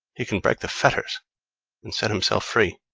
he can break the fetters and set himself free.